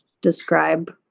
describe